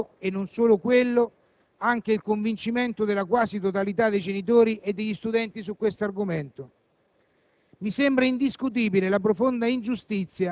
credo che possa rappresentare bene il sentimento - e non solo quello, anche il convincimento - della quasi totalità dei genitori e degli studenti su questo argomento: